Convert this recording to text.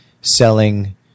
selling